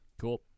Cool